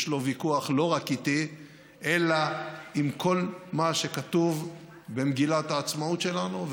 יש לו ויכוח לא רק איתי אלא עם כל מה שכתוב במגילת העצמאות שלנו,